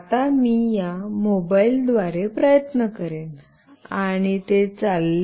आता मी या मोबाईल द्वारे प्रयत्न करेन आणि ते चालले